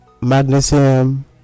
magnesium